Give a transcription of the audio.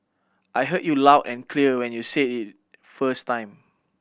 I heard you loud and clear when you said it first time